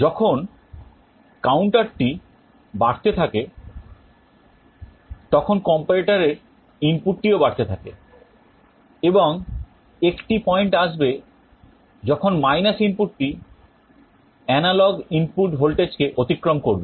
যখন counterটি বাড়তে থাকে তখন comparatorএর ইনপুটটিও বাড়তে থাকে এবং একটি পয়েন্ট আসবে যখন ইনপুটটি এনালগ ইনপুট ভোল্টেজকে অতিক্রম করবে